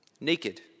naked